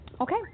Okay